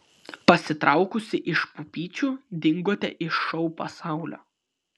pasitraukusi iš pupyčių dingote iš šou pasaulio